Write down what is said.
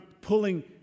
pulling